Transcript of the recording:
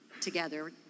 together